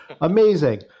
amazing